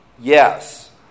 Yes